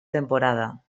temporada